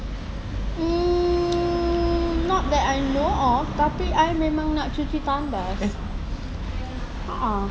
mm not that I know of tapi I memang nak cuci tandas a'ah